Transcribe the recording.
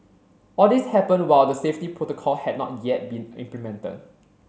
all this happened while the safety protocol had not yet been implemented